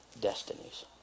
destinies